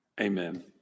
amen